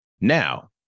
Now